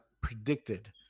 predicted